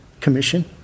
commission